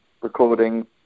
recording